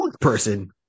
person